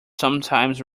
sometimes